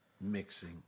mixing